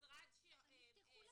אבל אנחנו עשינו